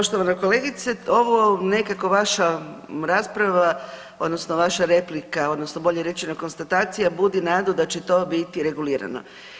Poštovana kolegice ovo nekako vaša rasprava odnosno vaša replika odnosno bolje rečeno konstatacija budi nadu da će to biti regulirano.